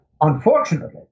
unfortunately